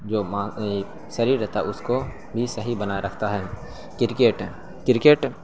جو شریر رہتا ہے اس کو بھی صحیح بنائے رکھتا ہے کرکٹ کرکٹ